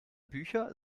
bücher